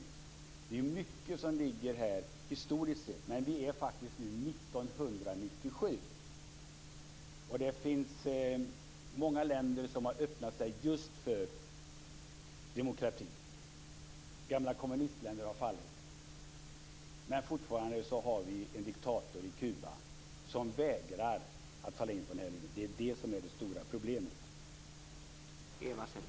Här finns mycket av historiska aspekter, men vi har nu faktiskt 1997. Gamla kommunistländer har fallit, och många länder har öppnat sig för demokrati, men fortfarande har vi i Kuba en diktator som vägrar att slå in på den vägen. Det är det som är det stora problemet.